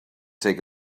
take